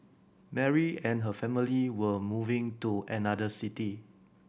Mary and her family were moving to another city